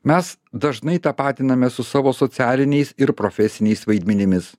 mes dažnai tapatiname su savo socialiniais ir profesiniais vaidmenimis